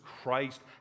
Christ